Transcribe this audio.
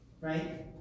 right